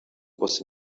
was